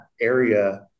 area